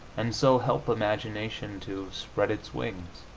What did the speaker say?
and so help imagination to spread its wings?